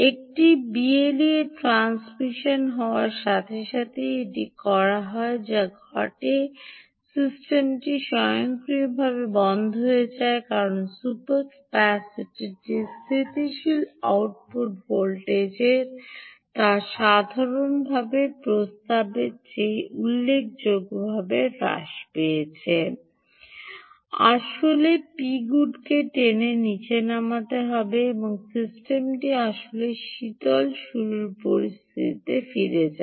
একটি BLE transmission হওয়ার সাথে সাথেই এটি করা হয় যা ঘটে সিস্টেমটি স্বয়ংক্রিয়ভাবে বন্ধ হয়ে যায় কারণ সুপার ক্যাপাসিটারটি স্থিতিশীল আউটপুট ভোল্টেজের তার সাধারণ প্রস্তাবের চেয়ে উল্লেখযোগ্যভাবে হ্রাস পেয়েছে আবার Pgood কে নীচে টেনে তুলবে এবং সিস্টেমটি আসলে শীতল শুরুর পরিস্থিতিতে ফিরে যায়